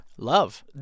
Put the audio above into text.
Love